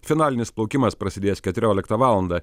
finalinis plaukimas prasidės keturioliktą valandą